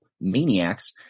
maniacs